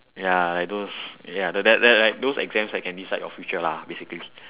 ya like those ya that that that those exams can decide your future lah basically